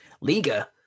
Liga